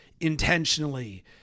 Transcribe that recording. intentionally